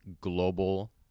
global